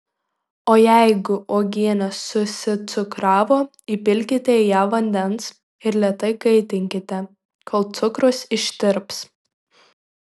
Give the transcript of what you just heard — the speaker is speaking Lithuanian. o jeigu uogienė susicukravo įpilkite į ją vandens ir lėtai kaitinkite kol cukrus ištirps